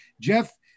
Jeff